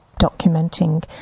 Documenting